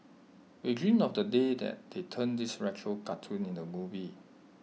we dream of the day that they turn this retro cartoon into A movie